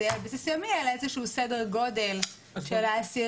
יהיה על בסיס יומי אלא איזה שהוא סדר גודל של האסירים